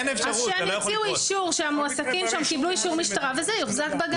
שהם יוציאו אישור שהמועסקים שם קיבלו אישור משטרה וזה יוחזק בגן.